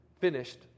finished